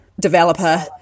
developer